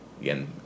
Again